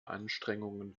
anstrengungen